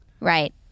Right